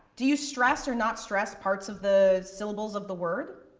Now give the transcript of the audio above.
do you stress or not stress parts of the syllables of the word.